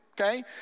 okay